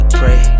pray